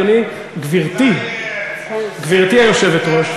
גברתי היושבת-ראש,